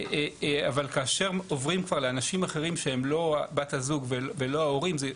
אבל כאשר עוברים כבר לאנשים אחרים שהם לא בת הזוג ולא ההורים זה,